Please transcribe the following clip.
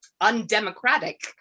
Undemocratic